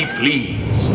please